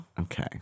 Okay